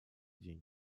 день